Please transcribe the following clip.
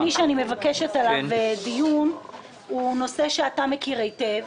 נושא שני שאבקש לקבוע דיון לגביו הוא נושא שאתה מכיר היטב: